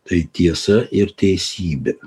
tai tiesa ir teisybė